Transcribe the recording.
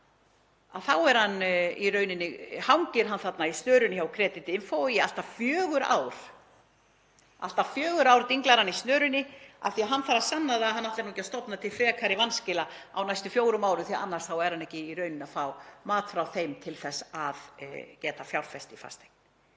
þá hangir hann í snörunni hjá Creditinfo í allt að fjögur ár. Í allt að fjögur ár dinglar hann í snörunni af því að hann þarf sanna það að hann ætli ekki að stofna til frekari vanskila á næstu fjórum árum, annars fær hann ekki mat frá þeim til þess að geta fjárfest í fasteign.